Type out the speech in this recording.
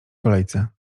kolejce